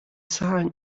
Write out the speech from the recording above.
zahlen